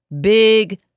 Big